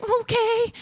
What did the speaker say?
okay